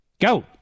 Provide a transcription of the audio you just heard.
Go